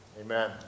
amen